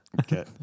Okay